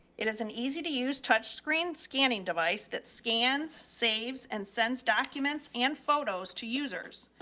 it has an easy to use touch screen scanning device that scans, saves and sends documents and photos to users.